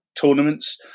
tournaments